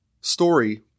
story